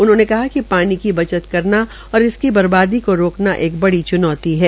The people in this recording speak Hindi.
उन्होंने कहा कि पानी की बचत करना और इसकी बर्बादी को रोकना एक बड़ी च्नौती है